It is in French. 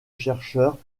chercheurs